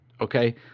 Okay